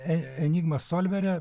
e enigma solvere